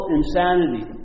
insanity